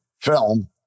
film